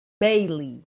Bailey